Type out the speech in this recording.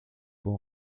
bon